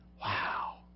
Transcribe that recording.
Wow